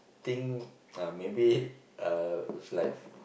think uh maybe uh it's like